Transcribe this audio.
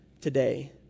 today